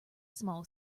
small